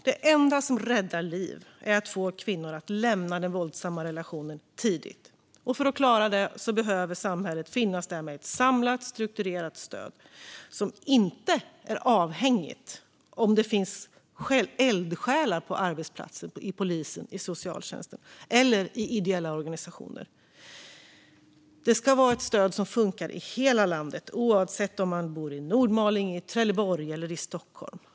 Det enda som räddar liv är att få kvinnor att lämna den våldsamma relationen tidigt, och för att de ska klara det behöver samhället finnas där med ett samlat, strukturerat stöd som inte är avhängigt om det finns eldsjälar på arbetsplatsen, i polisen, i socialtjänsten eller i ideella organisationer. Det ska vara ett stöd som funkar i hela landet, oavsett om man bor i Nordmaling, i Trelleborg eller i Stockholm.